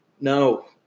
No